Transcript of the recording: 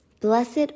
Blessed